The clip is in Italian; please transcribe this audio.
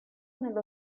nello